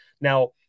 Now